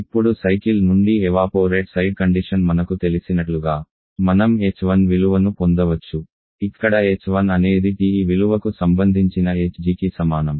ఇప్పుడు సైకిల్ నుండి evaporate side condition మనకు తెలిసినట్లుగా మనం h1 విలువను పొందవచ్చు ఇక్కడ h1 అనేది TE విలువకు సంబంధించిన hgకి సమానం